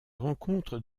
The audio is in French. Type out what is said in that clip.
rencontre